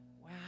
Wow